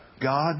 God